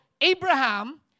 Abraham